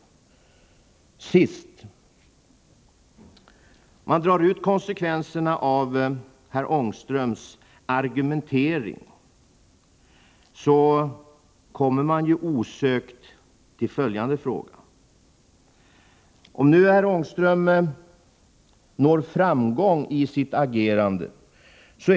Till sist: Om man drar ut konsekvenserna av herr Ångströms argumentering leder det osökt till följande fråga, som jag är ytterst nyfiken att få ett svar på.